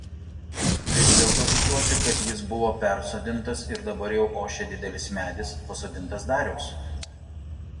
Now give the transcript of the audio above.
vis dėlto tikiuosi kad jis buvo persodintas ir dabar jau ošia didelis medis pasodintas dariaus